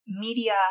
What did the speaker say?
media